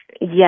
yes